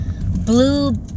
blue